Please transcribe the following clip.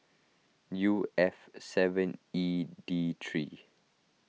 U F seven E D three